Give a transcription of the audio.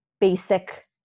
basic